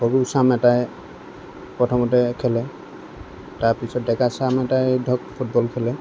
সৰু চাম এটাই প্ৰথমতে খেলে তাৰপিছত ডেকা চাম এটাই ধৰক ফুটবল খেলে